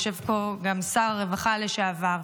יושב פה גם שר הרווחה לשעבר,